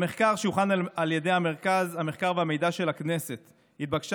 במחקר שהוכן על ידי מרכז המחקר והמידע של הכנסת התבקשה